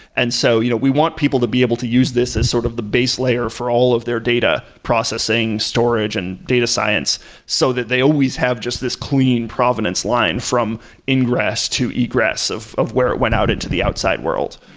and so you know we want people to be able to use this is as sort of the base layer for all of their data processing, storage and data science so that they always have just this clean provenance line from ingress to egress of of where it went out into the outside world.